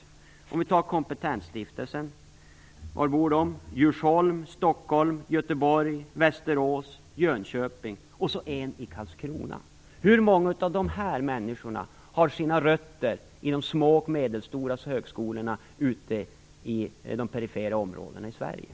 Styrelsemedlemmarna i Kompetensstiftelsen bor i Djursholm, Stockholm, Göteborg, Västerås, Jönköping, och en bor i Karlskrona. Hur många av dessa människor har sina rötter i de små och medelstora högskolorna ute i de perifera områdena i Sverige?